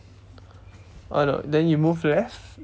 oh no then you move left